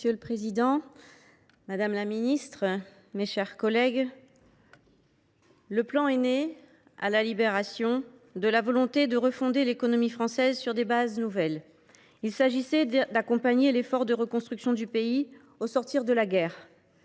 Monsieur le président, madame la ministre, mes chers collègues, le Plan est né, à la Libération, de la volonté de refonder l’économie française sur des bases nouvelles. Il s’agissait d’accompagner l’effort de reconstruction du pays au sortir de la guerre.